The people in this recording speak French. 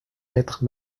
lettre